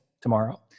tomorrow